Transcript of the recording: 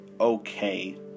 okay